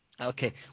Okay